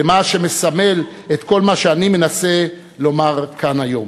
למה שמסמל את כל מה שאני מנסה לומר כאן היום.